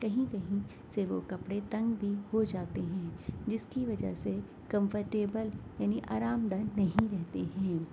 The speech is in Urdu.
کہیں کہیں سے وہ کپڑے تنگ بھی ہو جاتے ہیں جس کی وجہ سے کمفرٹیبل یعنی آرام دہ نہیں رہتے ہیں